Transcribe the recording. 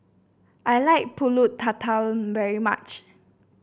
I like pulut tatal very much